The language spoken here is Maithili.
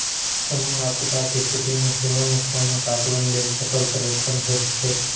कोनो आपदाक स्थिति मे सेहो नुकसानक आकलन लेल फसल सर्वेक्षण होइत छैक